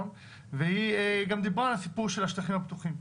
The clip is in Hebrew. והיא גם דיברה על הסיפור של השטחים הפתוחים.